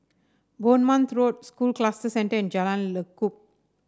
Bournemouth Road School Cluster Centre and Jalan Lekub